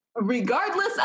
regardless